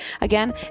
again